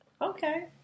Okay